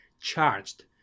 charged